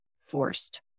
forced